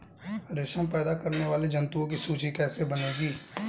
रेशम पैदा करने वाले जंतुओं की सूची कैसे बनेगी?